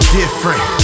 different